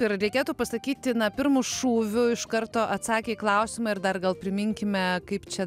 ir reikėtų pasakyti na pirmu šūviu iš karto atsakė į klausimą ir dar gal priminkime kaip čia